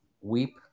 weep